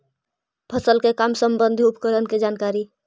फसल के काम संबंधित उपकरण के जानकारी?